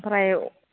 ओमफ्राय